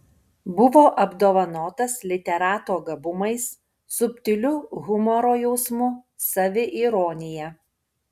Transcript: buvo apdovanotas literato gabumais subtiliu humoro jausmu saviironija